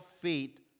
feet